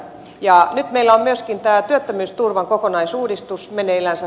nyt meillä on myöskin tämä työttömyysturvan kokonaisuudistus meneillänsä